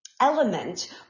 element